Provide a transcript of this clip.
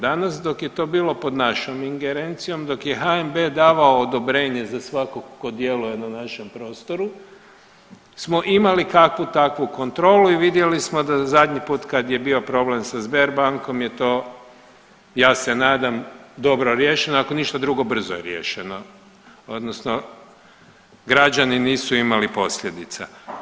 Danas dok je to bilo pod našom ingerencijom, dok je HNB davao odobrenje za svakog ko djeluje na našem prostoru smo imali kakvu takvu kontrolu i vidjeli smo da zadnji put kad je bio problem sa Sberbankom je to ja se nadam dobro riješeno, ako ništa drugo brzo je riješeno odnosno građani nisu imali posljedica.